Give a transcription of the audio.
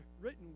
written